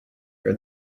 her